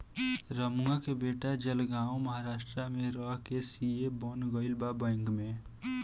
रमुआ के बेटा जलगांव महाराष्ट्र में रह के सी.ए बन गईल बा बैंक में